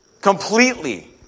Completely